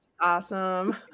awesome